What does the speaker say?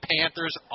Panthers